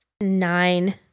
nine